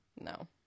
No